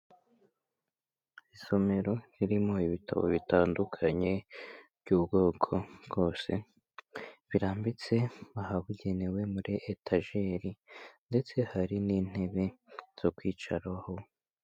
Isomero ririmo ibitabo bitandukanye by'ubwoko bwose, birambitse ahabugenewe muri etageri ndetse hari n'intebe zo kwicaraho.